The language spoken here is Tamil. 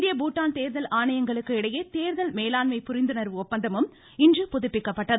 இந்திய பூடான் தேர்தல் ஆணையங்களுக்கு இடையே தேர்தல் மேலாண்மை புரிந்துணர்வு ஒப்பந்தமும் இன்று புதுப்பிக்கப்பட்டது